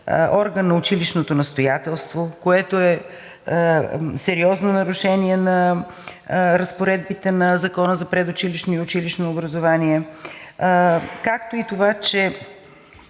орган на училищното настоятелство, което е сериозно нарушение на разпоредбите на Закона за предучилищното и училищното образование, както и това, че